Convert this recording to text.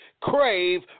Crave